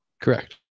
Correct